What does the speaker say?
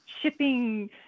shipping